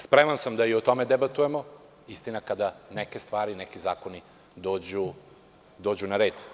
Spreman sam da i o tome debatujemo, istina kada neke stvari i neki zakoni dođu na red.